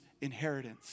inheritance